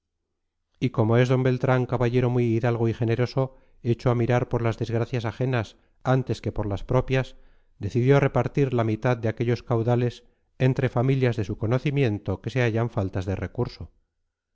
y como es d beltrán caballero muy hidalgo y generoso hecho a mirar por las desgracias ajenas antes que por las propias decidió repartir la mitad de aquellos caudales entre familias de su conocimiento que se hallan faltas de recursos